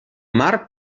mar